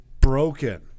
broken